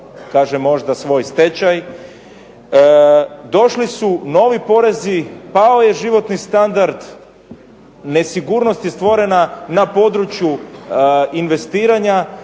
kažem možda svoj stečaj. Došli su novi porezi, pao je životni standard, nesigurnost je stvorena na području investiranja,